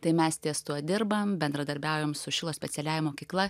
tai mes ties tuo dirbam bendradarbiaujam su šilo specialiąja mokykla